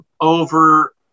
over